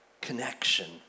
connection